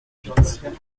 huit